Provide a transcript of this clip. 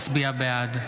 הצביע בעד.